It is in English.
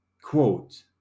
Quote